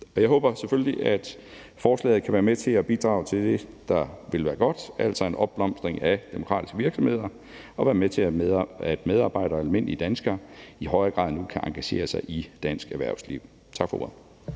Jeg håber selvfølgelig, at forslaget kan være med til at bidrage til det, der vil være godt, altså en opblomstring af demokratiske virksomheder, og være med til, at medarbejdere og almindelige danskere i højere grad end nu kan engagere sig i dansk erhvervsliv. Tak for ordet.